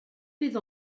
bydd